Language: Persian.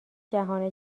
جهان